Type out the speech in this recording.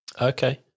Okay